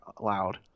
loud